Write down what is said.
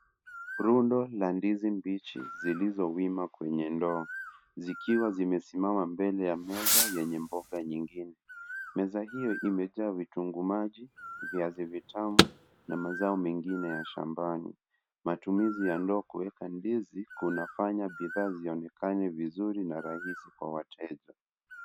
Rundo la ndizi mbichi zilizo wima kwenye ndoo zikiwa zimesimama mbele ya meza yenye mboga nyingine. Meza hiyo imejaa vitunguu maji, viazi vitamu na mazao mengine ya shambani. Matumizi ya ndoo kuweka ndizi kunafanya bidhaa zionekane vizuri na rahisi kwa wateja.